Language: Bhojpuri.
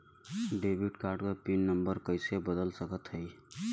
डेबिट कार्ड क पिन नम्बर कइसे बदल सकत हई?